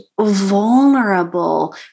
vulnerable